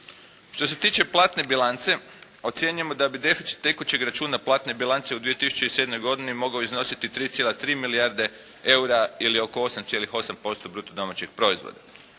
Što se tiče platne bilance ocjenjujemo da bi deficit tekućeg računa platne bilance u 2007. godini mogao iznositi 3,3 milijarde eura ili 8,8% bruto domaćeg proizvoda.